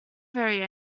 very